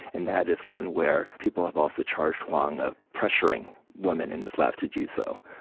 and that is one where people have also charged hwag of pressuring women in his lab to do so.